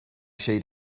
sheet